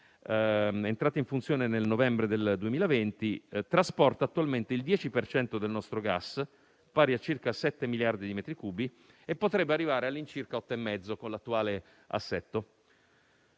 entrata in funzione nel novembre 2020; trasporta attualmente il 10 per cento del nostro gas, pari a circa 7 miliardi di metri cubi, e potrebbe arrivare all'incirca a 8,5 con l'attuale assetto.